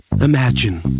Imagine